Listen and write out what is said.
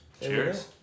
cheers